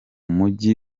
mujyi